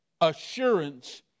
assurance